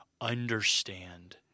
understand